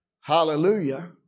Hallelujah